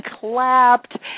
clapped